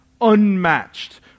unmatched